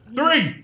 Three